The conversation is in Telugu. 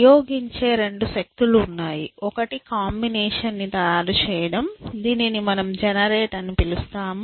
ప్రయోగించే రెండు శక్తులు ఉన్నాయి ఒకటి కాంబినేషన్ ని తయారుచేయడం దీనిని మనం జెనెరేట్ అని పిలుస్తాము